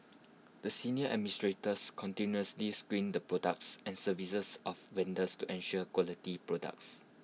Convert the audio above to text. the senior administrators continuously screened the products and services of vendors to ensure quality products